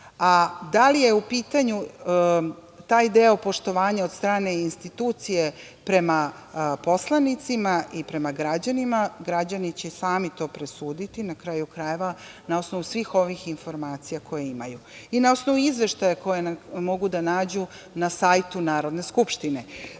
Da li je u pitanju taj deo poštovanja od strane institucije prema poslanicima i prema građanima, građani će sami to presuditi, na kraju krajeva, na osnovu svih ovih informacija koje imaju i na osnovu izveštaja koje mogu da nađu na sajtu Narodne skupštine. Što